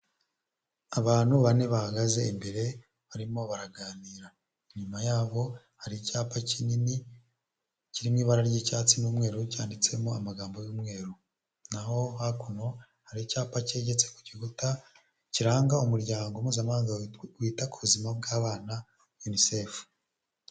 Abantu bane bahagaze imbere barimo baraganira, inyuma ya hari icyapa kinini kirimo ibara ry'icyatsi n'umweru cyanditsemo amagambo y'umweru naho hakuno hari icyapa cyegetse ku gikuta kiranga umuryango mpuzamahanga wita ku buzima bw'abana unicefu.